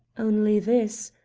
only this.